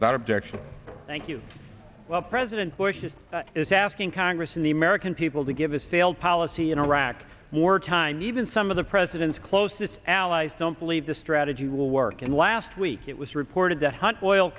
without objection thank you well president bush is asking congress and the american people to give his failed policy in iraq more time even some of the president's closest allies don't believe the strategy will work and last week it was reported the hunt oil